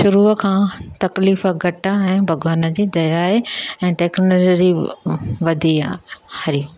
शुरूअ खां तकलीफ़ घटि आहे ऐं भॻवान जी दया आहे ऐं टेक्नोलॉजी वधी आहे हरे